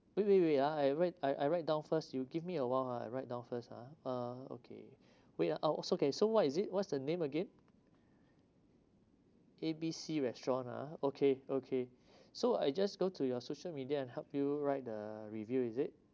wait wait wait ah I write I I write down first you give me awhile ah I write down first ah uh okay wait ah uh so okay so what is it what's the name again A B C restaurant ah okay okay so I just go to your social media and help you write the review is it